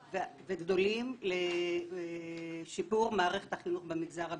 וגדולים לשיפור מערכת החינוך במגזר הבדואי.